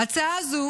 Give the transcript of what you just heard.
ההצעה הזאת